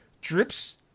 drips